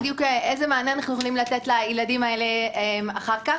איזה מענה אנחנו יכולים לתת לילדים האלה אחר כך?